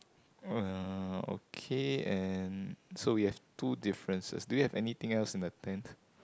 uh okay and so we have two differences do you have anything else in the tent